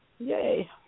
Yay